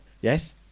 Yes